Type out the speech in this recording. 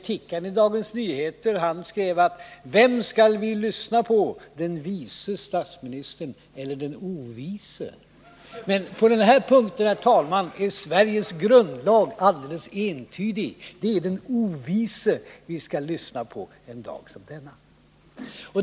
Tikkanen i Dagens Nyheter skrev: Vem skall vi lyssna på — den vice statsministern eller den ovise? Men på den här punkten, herr talman, är Sveriges grundlag alldeles entydig: det är den ”ovise” vi skall lyssna på en dag som denna.